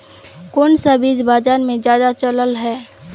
कोन सा बीज बाजार में ज्यादा चलल है?